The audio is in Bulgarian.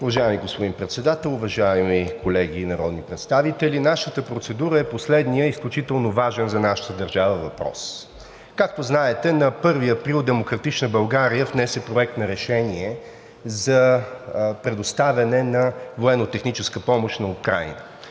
Уважаеми господин Председател, уважаеми колеги народни представители! Нашата процедура е по следния, изключително важен за нашата държава въпрос. Както знаете, на 1 април „Демократична България“ внесе Проект на решение за предоставяне на военнотехническа помощ на Украйна,